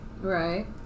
Right